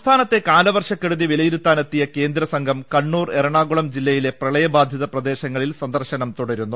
സംസ്ഥാനത്ത് കാലവർഷക്കെടുതി വിലയിരുത്താനെത്തിയ കേന്ദ്രസാഘ്ം ക്ണ്ണൂർ എറണാകുളം ജില്ലയിലെ പ്രളയബാധിത പ്രദേശങ്ങളിൽ സന്ദർശനം തുടരുന്നു